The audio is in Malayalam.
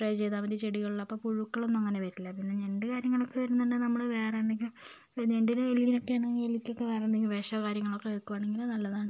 സ്പ്രേ ചെയ്താൽ മതി ചെടികളിൽ അപ്പോൾ പുഴുക്കളൊന്നും അങ്ങനെ വരില്ല പിന്നെ ഞണ്ട് കാര്യങ്ങളൊക്കെ വരുന്നുണ്ടേ നമ്മൾ വേറെ എന്തെങ്കിലും ഞണ്ടിനും എലിനെയൊക്കെ ആണെങ്കിൽ എലിക്കൊക്കെ വേറെ എന്തെങ്കിലും വിഷമോ കാര്യങ്ങളൊക്കെ വെക്കുകയാണെങ്കിൽ നല്ലതാണ്